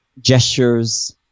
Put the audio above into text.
gestures